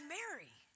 Mary